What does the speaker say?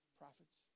prophets